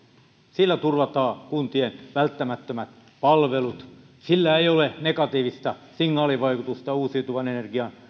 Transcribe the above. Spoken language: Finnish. sillä turvataan kuntien välttämättömät palvelut sillä ei ole negatiivista signaalivaikutusta uusiutuvan energian